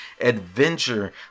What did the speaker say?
adventure